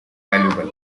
valuable